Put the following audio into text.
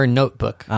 notebook